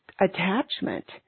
attachment